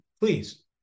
please